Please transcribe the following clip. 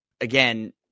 again